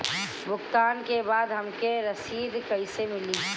भुगतान के बाद हमके रसीद कईसे मिली?